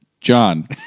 John